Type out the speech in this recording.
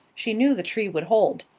she knew the tree would hold.